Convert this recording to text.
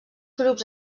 grups